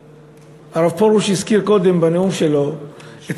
הרב פרוש הזכיר קודם בנאום שלו את